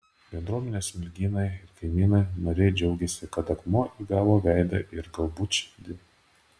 bendruomenės smilgynai ir kaimynai nariai džiaugiasi kad akmuo įgavo veidą ir galbūt širdį